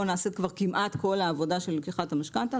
נעשית כבר כמעט כל העבודה של לקיחת המשכנתה,